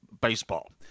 baseball